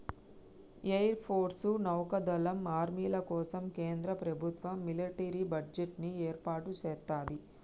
air force, నౌకా దళం, ఆర్మీల కోసం కేంద్ర ప్రభుత్వం మిలిటరీ బడ్జెట్ ని ఏర్పాటు సేత్తది